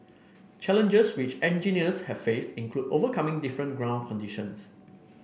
challenges which engineers have faced include overcoming different ground conditions